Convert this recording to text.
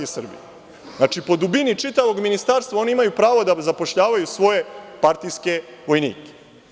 Znači, po dubini čitavog Ministarstva oni imaju pravo da zapošljavaju svoje partijske vojnike.